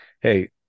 hey